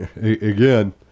again